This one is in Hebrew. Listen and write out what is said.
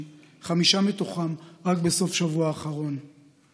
בין שני כלי רכב,